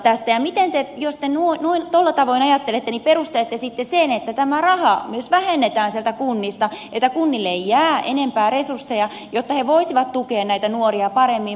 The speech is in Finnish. ja miten te jos te tuolla tavoin ajattelette perustelette sitten sen että tämä raha myös vähennetään sieltä kunnista että kunnille ei jää enempää resursseja jotta he voisivat tukea näitä nuoria paremmin